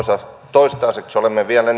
toistaiseksi olemme vielä